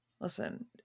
listen